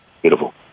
Beautiful